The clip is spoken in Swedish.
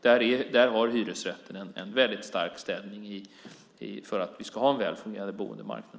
Där har hyresrätten en stark ställning när det gäller att vi ska ha en välfungerande boendemarknad.